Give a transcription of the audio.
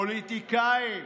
פוליטיקאים?